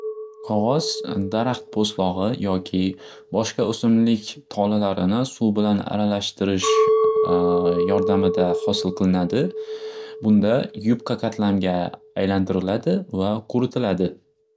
Qog'oz daraxt po'stlog'i yoki boshqa o'simlik tolalarini suv bilan aralashtirish yordamida xosil qilinadi. Bunda yupqa qatlamga aylantiriladi va quritiladi.